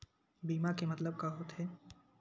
बीमा के मतलब का होथे?